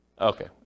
Okay